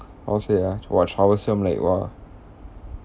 how to say ah !wah! troublesome leh !wah!